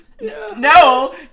No